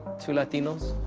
to latinos